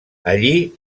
allí